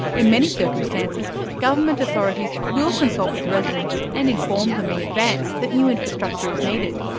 in many circumstances government authorities will consult with residents, and informs them in advance that new infrastructure is needed.